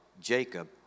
Jacob